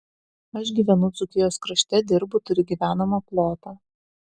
aš gyvenu dzūkijos krašte dirbu turiu gyvenamą plotą